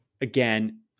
Again